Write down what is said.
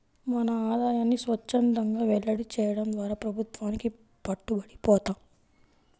మన ఆదాయాన్ని స్వఛ్చందంగా వెల్లడి చేయడం ద్వారా ప్రభుత్వానికి పట్టుబడి పోతాం